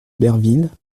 berville